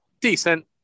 decent